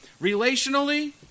Relationally